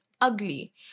ugly